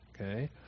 okay